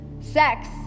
Sex